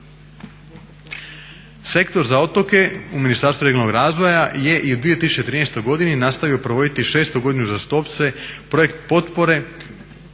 Sektor za otoke u Ministarstvu regionalnog razvoja je i u 2013. godini nastavio provoditi šestu godinu uzastopce projekt potpore,